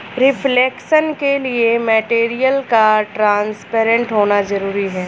reflection के लिए material का ट्रांसपेरेंट होना जरूरी है